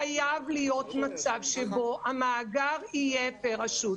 חייב להיות מצב שבו המאגר יהיה פר רשות.